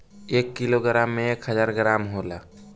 एक किलोग्राम में एक हजार ग्राम होला